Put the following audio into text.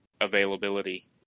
availability